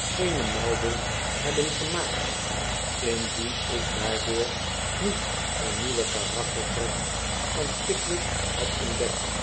geene melding hebben gemaakt indien ik daardoor niet een nieuwen karaktertrek van pickwick had ontdekt